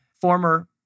former